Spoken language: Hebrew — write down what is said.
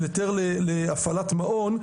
שמתיר להפעלת מעון,